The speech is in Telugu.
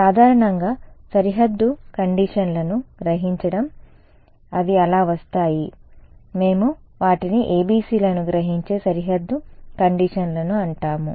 సాధారణంగా సరిహద్దు కండీషన్ లను గ్రహించడం అవి అలా వస్తాయి మేము వాటిని ABC లను గ్రహించే సరిహద్దు కండీషన్ లను అంటాము